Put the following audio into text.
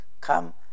Come